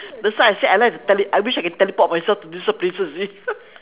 that's why I say I like to tele~ I wish I could teleport myself to these sort of places you see